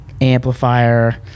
amplifier